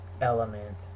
element